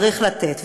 צריך לתת,